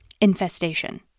infestation